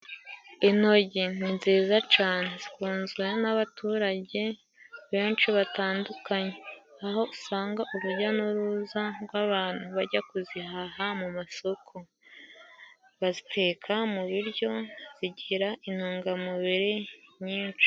Intogi ni nziza cyane zikunzwe n'abaturage benshi batandukanye, aho usanga urujya n'uruza rw'abantu bajya kuzihaha mu masoko, baziteka mu biryo zigira intungamubiri nyinshi.